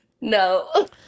No